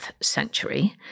century